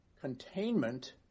containment